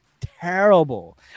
terrible